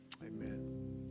Amen